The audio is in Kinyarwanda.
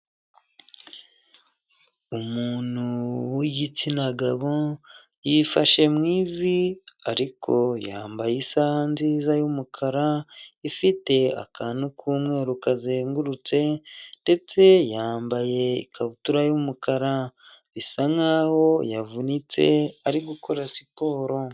Umuntu w'igitsina gabo yifashe mu ivi ariko yambaye isaha nziza y'umukara ifite akantu k'umweru kazengurutse ndetse yambaye ikabutura y'umukara bisa nkaho yavunitse ari gukora siporo.